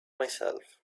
myself